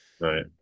Right